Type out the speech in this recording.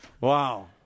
Wow